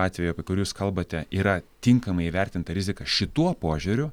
atveju apie kurį jūs kalbate yra tinkamai įvertinta rizika šituo požiūriu